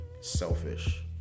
selfish